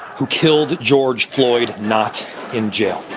who killed george floyd not in jail?